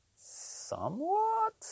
somewhat